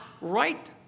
right